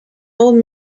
old